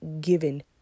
given